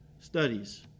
studies